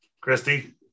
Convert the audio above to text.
Christy